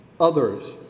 others